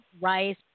rice